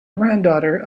granddaughter